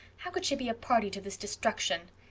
how could she be a party to this destruction?